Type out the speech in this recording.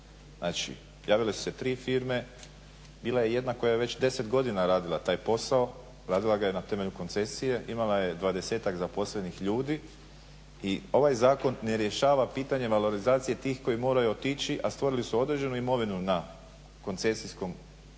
Znači javile su se tri firme. Bila je jedna koja je već deset godina radila taj posao. Radila ga je na temelju koncesije. Imala je dvadesetak zaposlenih ljudi i ovaj zakon ne rješava pitanje valorizacije tih koji moraju otići a stvorili su određenu imovinu na koncesijskom, ajmo